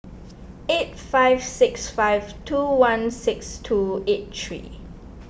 eight five six five two one six two eight three